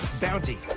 Bounty